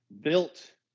built